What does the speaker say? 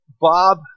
Bob